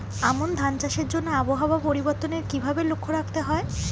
আমন ধান চাষের জন্য আবহাওয়া পরিবর্তনের কিভাবে লক্ষ্য রাখতে হয়?